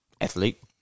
athlete